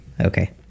Okay